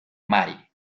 mary